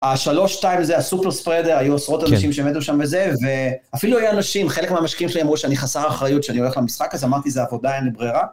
השלוש טייל הזה, הסופר ספרדר, היו עשרות אנשים שמתו שם בזה, ואפילו היה אנשים, חלק מהמשקיעים שלי אמרו שאני חסר אחריות שאני הולך למשחק, אז אמרתי, זה עבודה, אין לי ברירה.